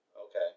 Okay